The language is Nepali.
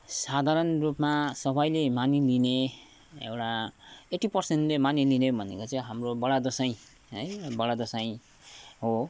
साधारण रूपमा सबैले मानिलिने एउटा एटी परसेन्टले मानिलिने भनेको चाहिँ हाम्रो बडा दसैँ है बडा दसैँ हो